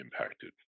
impacted